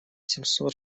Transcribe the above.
семьсот